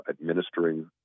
administering